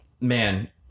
Man